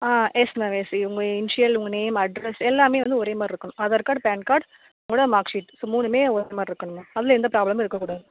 ஆ yes ma'am yes உங்கள் initial உங்கள் name address எல்லாமே வந்து ஒரே மாதிரி இருக்கணும் ஆதார் கார்டு பேன் கார்ட் உங்களோட மார்க் ஷீட் ஸோ மூணுமே ஒரே மாதிரி இருக்கணும் மேம் அதில் எந்த ப்ராப்ளமும் இருக்கக்கூடாது